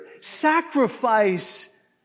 sacrifice